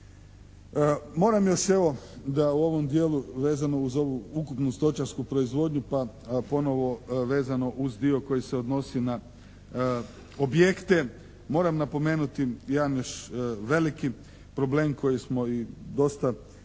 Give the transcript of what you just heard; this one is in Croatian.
Moram još evo da u ovom dijelu vezano uz ovu ukupnu stočarsku proizvodnju pa ponovo vezano uz dio koji se odnosi na objekte moram napomenuti jedan još veliki problem koji smo dosta